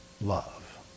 love